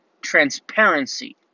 Transparency